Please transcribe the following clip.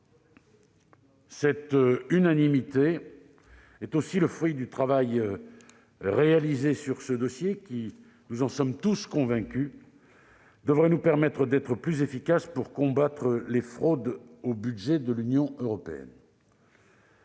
Cette unanimité est aussi le fruit du travail réalisé sur un dossier qui, nous en sommes tous convaincus, devrait nous permettre d'être plus efficaces pour combattre les fraudes au budget de l'Union européenne.